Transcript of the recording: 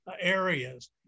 areas